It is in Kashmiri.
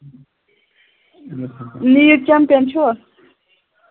لیٖڈ چمییَن چھَوا